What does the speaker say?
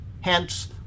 hence